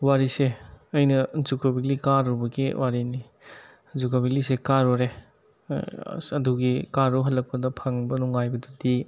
ꯋꯥꯔꯤꯁꯦ ꯑꯩꯅ ꯖꯨꯀꯣ ꯕꯦꯂꯤ ꯀꯥꯔꯨꯕꯒꯤ ꯋꯥꯔꯤꯅꯤ ꯖꯨꯀꯣ ꯕꯦꯜꯂꯤꯁꯦ ꯀꯥꯔꯨꯔꯦ ꯑꯁ ꯑꯗꯨꯒꯤ ꯀꯥꯔꯨ ꯍꯜꯂꯛꯄꯗ ꯐꯪꯕ ꯅꯨꯡꯉꯥꯏꯕꯗꯨꯗꯤ